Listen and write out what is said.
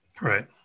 Right